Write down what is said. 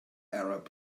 arab